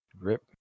rip